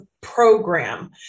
program